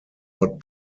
not